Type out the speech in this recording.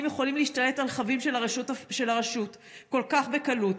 יכולים להשתלט על רכבים של הרשות כל כך בקלות?